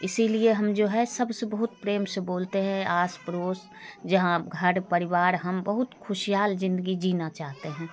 इसीलिए हम जो है सबसे बहुत प्रेम से बोलते हैं आस पड़ोस जहाँ घर परिवार हम बहुत खुशहाल ज़िंदगी जीना चाहते हैं